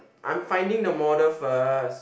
I'm finding the model first